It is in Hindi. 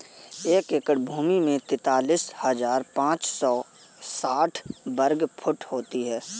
एक एकड़ भूमि तैंतालीस हज़ार पांच सौ साठ वर्ग फुट होती है